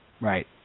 Right